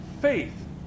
faith